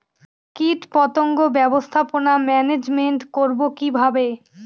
কীটপতঙ্গ ব্যবস্থাপনা ম্যানেজমেন্ট করব কিভাবে?